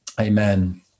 Amen